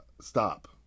stop